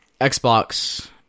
Xbox